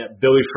Billy